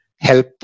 help